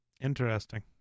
Interesting